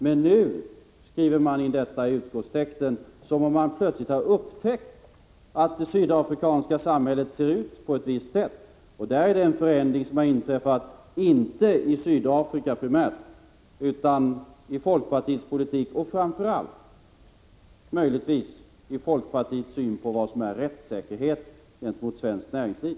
Men nu skriver man in detta i utskottstexten, som om man plötsligt har upptäckt att det sydafrikanska samhället ser ut på ett visst sätt. Den förändring som har inträffat har primärt inte ägt rum i Sydafrika, utan i folkpartiets politik och framför allt — möjligtvis — i folkpartiets syn på vad som är rättssäkerhet när det gäller svenskt näringsliv.